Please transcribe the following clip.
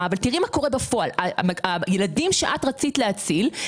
אבל תראי מה קורה בפועל: הילדים שאת רצית להציל,